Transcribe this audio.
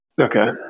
okay